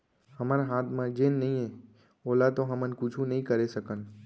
हमर हाथ म जेन नइये ओला तो हमन कुछु नइ करे सकन